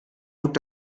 rückt